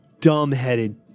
dumbheaded